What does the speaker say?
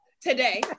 today